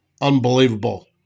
unbelievable